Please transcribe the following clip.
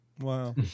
Wow